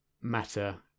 matter